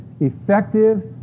effective